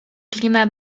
clima